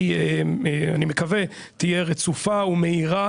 היא אני מקווה תהיה רצופה ומהירה,